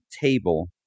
table